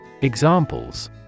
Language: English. Examples